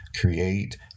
create